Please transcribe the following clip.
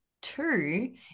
two